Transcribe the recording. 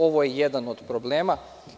Ovo je jedan od problema.